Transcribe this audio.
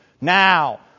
Now